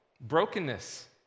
Brokenness